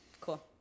Cool